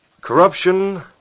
corruption